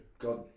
God